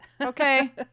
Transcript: Okay